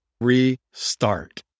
restart